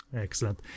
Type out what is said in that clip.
Excellent